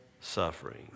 suffering